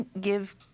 give